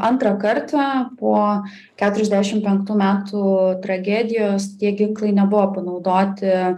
antrą kartą po keturiasdešim penktų metų tragedijos tie ginklai nebuvo panaudoti